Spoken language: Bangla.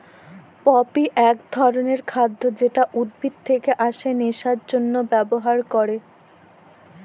পপি এক ধরণের খাদ্য যেটা উদ্ভিদ থেকে আসে নেশার জন্হে ব্যবহার ক্যরে